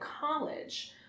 college